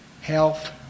health